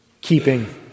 keeping